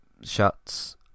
shuts